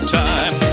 time